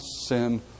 sin